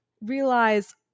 realize